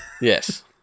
Yes